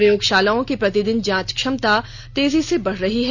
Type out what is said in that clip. प्रयोगशालाओं की प्रतिदिन जांच क्षमता तेजी से बढ़ रही है